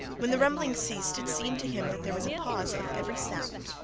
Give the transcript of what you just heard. when the rumbling ceased it seemed to him that there was a pause of every sound,